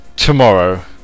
Tomorrow